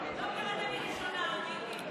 לא קראתי לי ראשונה, מיקי.